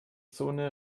zone